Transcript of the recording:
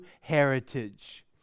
heritage